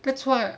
that's why